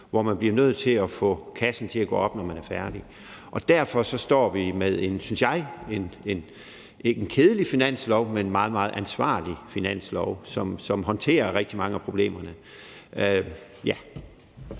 hvor man bliver nødt til at få kassen til at gå op, når man er færdig. Og derfor står vi med – synes jeg – ikke en kedelig finanslov, men en meget, meget ansvarlig finanslov, som håndterer rigtig mange af problemerne.